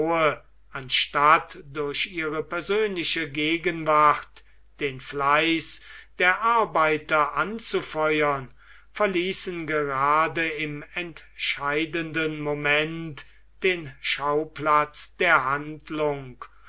anstatt durch ihre persönliche gegenwart den fleiß der arbeiter anzufeuern verließen gerade im entscheidenden moment den schauplatz der handlung